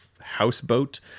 houseboat